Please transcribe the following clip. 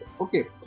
okay